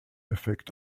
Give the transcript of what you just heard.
effekt